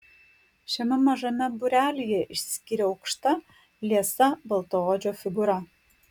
šiame mažame būrelyje išsiskyrė aukšta liesa baltaodžio figūra